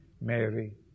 Mary